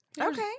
Okay